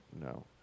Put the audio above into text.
No